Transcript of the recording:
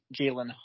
Jalen